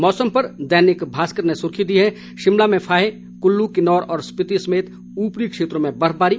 मौसम पर दैनिक भास्कर ने सुर्खी दी है शिमला में फाहे कुल्ल किन्नौर और स्पीति समेत ऊपरी क्षेत्रों में बर्फबारी